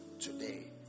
today